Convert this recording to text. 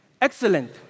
Excellent